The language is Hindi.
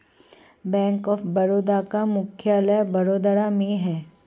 बैंक ऑफ बड़ौदा का मुख्यालय वडोदरा में है